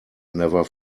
never